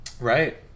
Right